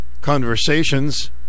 conversations